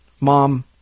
mom